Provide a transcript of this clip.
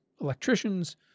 electricians